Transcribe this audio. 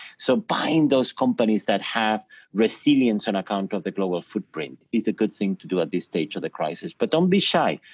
so buying those companies that have resilience on and account of the global footprint is a good thing to do at this stage of the crisis, but don't be shy,